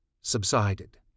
subsided